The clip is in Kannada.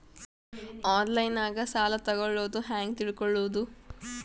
ಆನ್ಲೈನಾಗ ಸಾಲ ತಗೊಳ್ಳೋದು ಹ್ಯಾಂಗ್ ತಿಳಕೊಳ್ಳುವುದು?